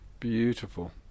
Beautiful